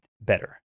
better